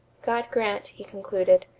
god grant, he concluded,